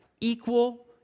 equal